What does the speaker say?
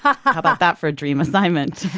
how about that for a dream assignment?